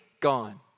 Gone